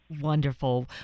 Wonderful